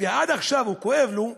ועד עכשיו כואב לו.